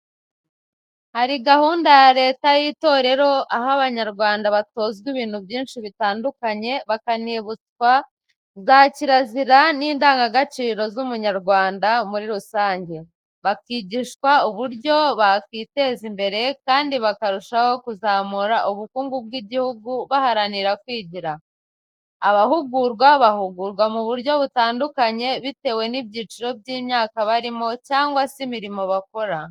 Hari gahunda ya Leta y'itorero, aho Abanyarwanda batozwa ibintu byinshi bitandukanye bakanibutwa za kirazira n'indangagaciro z'umunyarwanda muri rusange, bakwigishwa uburyo bakwiteza imbere kandi bakarushaho kuzamura ubukungu bw'igihugu baharanira kwigira. Abahugurwa bahugurwa mu buryo butandukanye bitewe n'icyiciro cy'imyaka barimo cyangwa se imirimo bakora.